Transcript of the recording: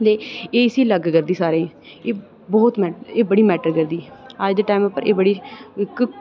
ते एह् इसी अलग करदी सारें गी एह् बहुत मैटर करदी ऐ अज दे टाइम उप्पर एह् बड़ी इक